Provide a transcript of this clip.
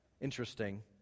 interesting